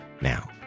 now